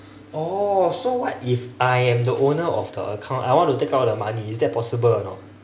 oh so what if I am the owner of the account I want to take out the money is that possible or not